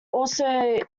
also